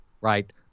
right